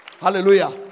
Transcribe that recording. Hallelujah